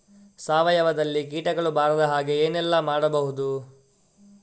ಸಾವಯವದಲ್ಲಿ ಕೀಟಗಳು ಬರದ ಹಾಗೆ ಏನೆಲ್ಲ ಮಾಡಬಹುದು?